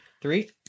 three